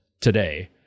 today